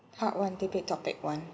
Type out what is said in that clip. part one debate topic one